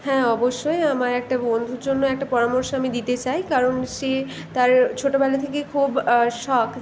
হ্যাঁ অবশ্যই আমার একটা বন্ধুর জন্য একটা পরামর্শ আমি দিতে চাই কারণ সে তার ছোটোবেলা থেকেই খুব শখ